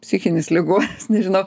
psichinis ligonis nežinau